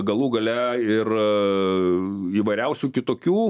galų gale ir įvairiausių kitokių